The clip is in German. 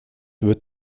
wird